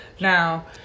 Now